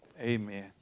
Amen